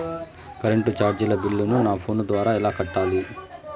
Current చార్జీల బిల్లును, నా ఫోను ద్వారా ఎలా కట్టాలి?